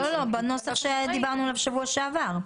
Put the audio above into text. לא, לא, זה בנוסח שדיברנו עליו בשבוע שעבר.